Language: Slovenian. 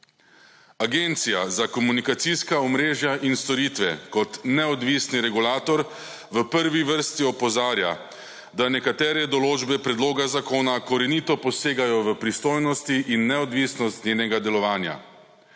Agencija za komunikacijska omrežja in storitve kot neodvisni regulator v prvi vrsti opozarja, da nekatere določbe predloga zakona korenito posegajo v pristojnosti in neodvisnost njenega delovanja.